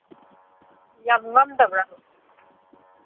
ꯌꯥꯝ ꯉꯝꯗꯕ꯭ꯔꯕ